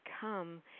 come